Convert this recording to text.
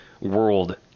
world